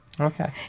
Okay